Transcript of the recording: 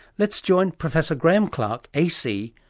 let's join professor graeme clark ac,